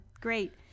great